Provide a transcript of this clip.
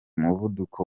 umuvuduko